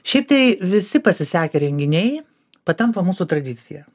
šiaip tai visi pasisekę renginiai patampa mūsų tradicija